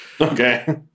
Okay